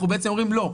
אנחנו אומרים לא,